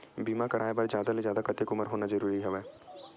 बीमा कराय बर जादा ले जादा कतेक उमर होना जरूरी हवय?